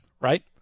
right